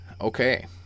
Okay